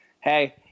hey